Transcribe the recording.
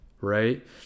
right